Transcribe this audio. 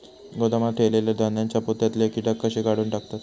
गोदामात ठेयलेल्या धान्यांच्या पोत्यातले कीटक कशे काढून टाकतत?